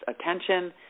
attention